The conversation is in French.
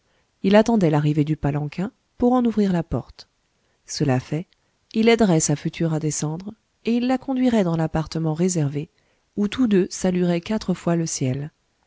il attendait l'arrivée du palanquin pour en ouvrir la porte cela fait il aiderait sa future à descendre et il la conduirait dans l'appartement réservé où tous deux salueraient quatre fois le ciel